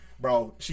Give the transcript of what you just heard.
Bro